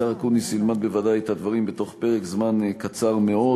השר אקוניס ילמד בוודאי את הדברים בתוך פרק זמן קצר מאוד.